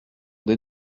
des